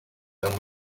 then